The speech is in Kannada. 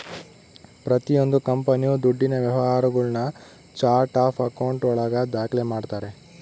ಪ್ರತಿಯೊಂದು ಕಂಪನಿಯು ದುಡ್ಡಿನ ವ್ಯವಹಾರಗುಳ್ನ ಚಾರ್ಟ್ ಆಫ್ ಆಕೌಂಟ್ ಒಳಗ ದಾಖ್ಲೆ ಮಾಡ್ತಾರೆ